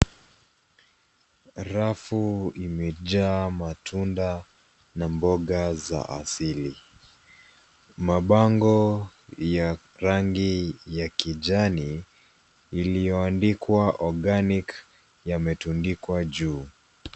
Rafu imejaa matunda na mboga za asili. Mabango ya rangi ya kijani iliyoandikwa organic yametundikwa juu.